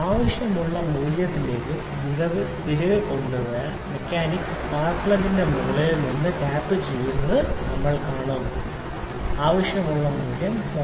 ആവശ്യമുള്ള മൂല്യത്തിലേക്ക് വിടവ് തിരികെ കൊണ്ടുവരാൻ മെക്കാനിക്ക് സ്പാർക്ക് പ്ലഗിന്റെ മുകളിൽ നിന്ന് ടാപ്പുചെയ്യുന്നത് നമ്മൾ കാണുന്നു ആവശ്യമുള്ള മൂല്യം 0